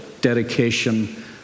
dedication